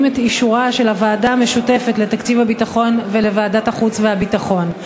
אישור של הוועדה המשותפת לתקציב הביטחון ולוועדת החוץ והביטחון.